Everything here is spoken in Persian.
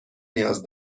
نیاز